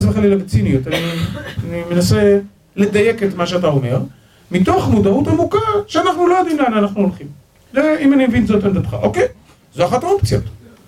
אני מנסה לדייק את מה שאתה אומר מתוך מודעות עמוקה שאנחנו לא יודעים לאן אנחנו הולכים זה אם אני מבין את זה יותר לדעתך אוקיי, זו אחת האופציות